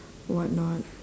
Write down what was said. what not